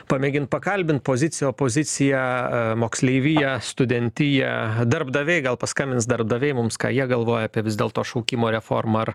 pamėgint pakalbint pozicija opoziciją moksleiviją studentiją darbdaviai gal paskambins darbdaviai mums ką jie galvoja apie vis dėlto šaukimo reformą ar